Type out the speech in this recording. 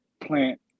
plant